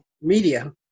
media